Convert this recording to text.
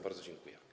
Bardzo dziękuję.